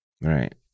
Right